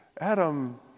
Adam